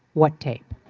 what tape?